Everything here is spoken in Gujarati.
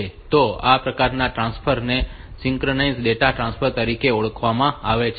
તો આ પ્રકારના ટ્રાન્સફર ને સિંક્રનસ ડેટા ટ્રાન્સફર તરીકે ઓળખવામાં આવે છે